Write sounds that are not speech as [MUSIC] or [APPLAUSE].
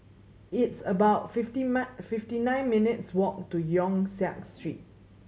it's about fifty [UNINTELLIGIBLE] fifty nine minutes' walk to Yong Siak Street